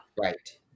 Right